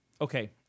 Okay